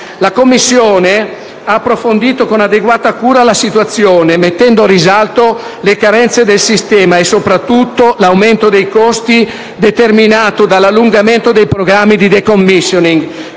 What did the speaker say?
La Commissione ha approfondito con adeguata cura la situazione, mettendo in risalto le carenze del sistema e, soprattutto, l'aumento dei costi determinati dall'allungamento dei programmi di *decommissioning*,